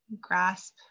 grasp